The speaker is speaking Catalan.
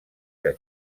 que